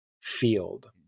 field